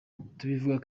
tubivuga